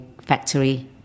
factory